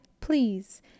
Please